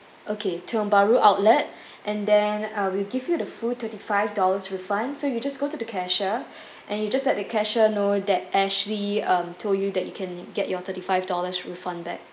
okay tiong bahru outlet and then uh we'll give you the full thirty five dollars refund so you just go to the cashier and you just let the cashier know that ashley um told you that you can get your thirty five dollars refund back